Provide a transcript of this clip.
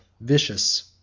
vicious